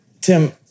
Tim